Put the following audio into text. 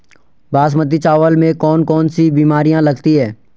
बासमती चावल में कौन कौन सी बीमारियां लगती हैं?